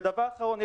דבר אחרון,